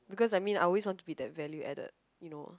because I mean I always want to be that value added you know